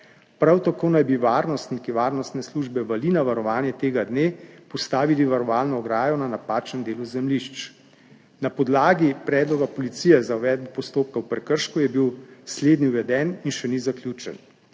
Prav tako naj bi varnostniki varnostne službe Valina varovanje tega dne postavili varovalno ograjo na napačnem delu zemljišč. Na podlagi predloga policije za uvedbo postopka o prekršku je bil slednji uveden in še ni zaključen.